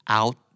out